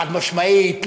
חד-משמעית,